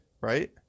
right